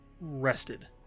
rested